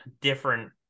different